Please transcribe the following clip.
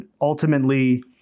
ultimately